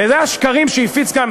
ואלה השקרים שהפיץ כאן,